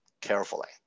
carefully